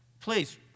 Please